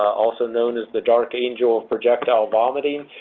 also known as the dark angel of projectile vomiting,